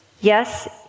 Yes